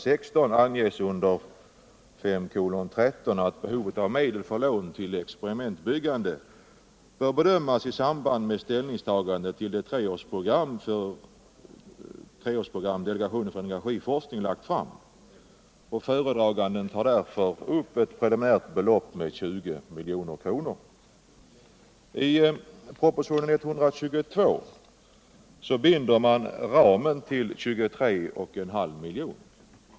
16, anges under V:13 att behovet av medel för lån ull experimentbyggande bör bedömas i samband med det treårsprogram som delegationen för energiforskning lagt fram. Föredraganden tar därför upp et preliminärt belopp på 20 milj.kr. I propositionen 122 binder man ramen till 23,5 miljoner.